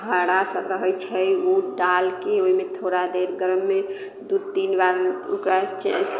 छोहरा सभ रहैत छै ओ डालके ओहिमे थोड़ा देर गरममे दू तीन बार ओकरा चेक